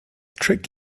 trick